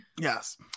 yes